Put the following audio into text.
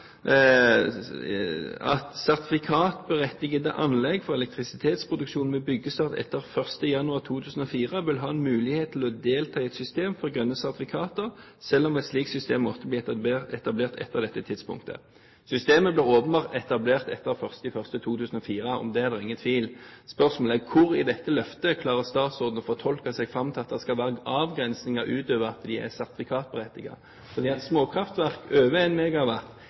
anlegg for elektrisitetsproduksjon med byggestart etter 1. januar 2004 vil ha en mulighet til å delta i et system for grønne sertifikater, selv om et slikt system måtte bli etablert etter dette tidspunktet.» Systemet ble åpenbart etablert etter 1. januar 2004 – om det er det ingen tvil. Spørsmålet er: Hvor i dette løftet klarer statsråden å fortolke seg fram til at det skal være en avgrensing utover at de er